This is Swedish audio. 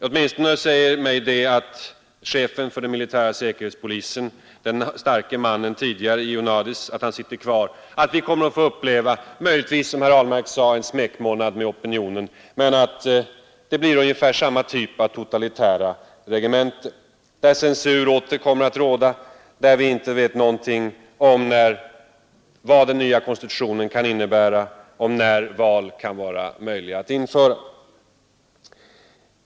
Åtminstone säger mig den omständigheten att chefen för den militära säkerhetspolisen sitter kvar — den starke mannen tidigare, Ioannidis — att vi möjligen, som herr Ahlmark sade, kommer att få uppleva en smekmånad med opinionen — men att det sedan blir ungefär samma typ av totalitärt regemente, där censur åter kommer att råda, där vi inte vet någonting om vad den nya regimen kan innebära och när val kan genomföras.